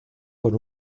con